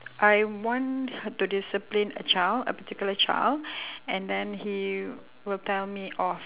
I want to discipline a child a particular child and then he will tell me off